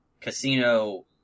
Casino